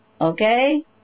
okay